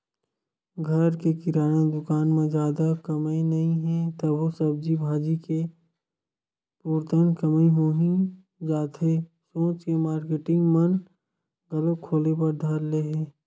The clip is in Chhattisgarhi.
घर के किराना दुकान म जादा कमई नइ हे तभो सब्जी भाजी के पुरतन कमई होही जाथे सोच के मारकेटिंग मन घलोक खोले बर धर ले हे